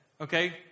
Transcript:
okay